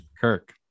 Kirk